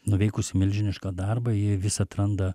nuveikusi milžinišką darbą ji vis atranda